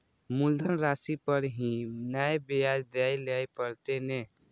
मुलधन राशि पर ही नै ब्याज दै लै परतें ने?